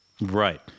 Right